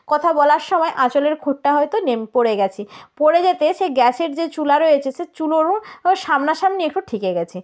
কথা বলার সময় আঁচলের খুঁটটা হয়তো নেমে পড়ে গেছে পড়ে যেতে সে গ্যাসের যে চুলা রয়েছে সে চুলোরও সামনাসামনি একটু ঠেকে গেছে